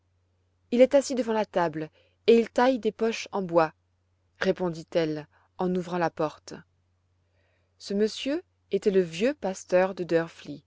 il est assis devant la table et il taille des poches en bois répondit-elle en ouvrant la porte ce monsieur était le vieux pasteur de